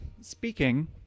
speaking